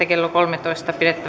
kello kolmetoista